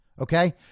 Okay